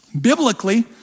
biblically